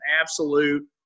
absolute